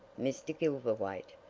mr. gilverthwaite,